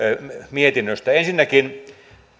mietinnöstä ensinnäkin